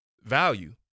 value